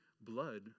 blood